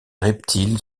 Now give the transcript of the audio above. reptile